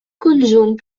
conjunt